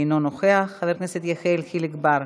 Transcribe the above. אינו נוכח, חבר הכנסת יחיאל חיליק בר,